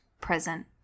present